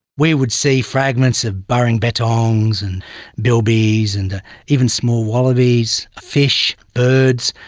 we would see fragments of burrowing bettongs and bilbies and even small wallabies fish, birds.